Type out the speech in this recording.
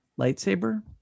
lightsaber